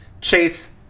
chase